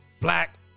black